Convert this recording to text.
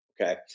Okay